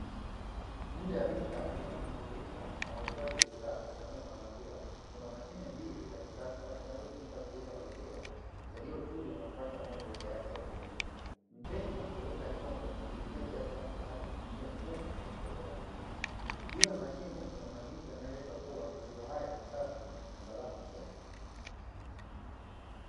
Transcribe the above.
Nje ya duka linalojihulisha na kuuza bidhaa zitokanazo na maziwa ,kuna mashine mbili za kisasa zinazotumika kuuza maziwa yaliyochujwa na kupashwa moto, tayari kwa kunywa mteja uweka chombo nankulipia kiasi anachotaka kupitia mfumo wa kiautomatiki juu ya mashine kunamaandishi yanayoeleza kuwa maziwa haya ni safi na salama kiafya.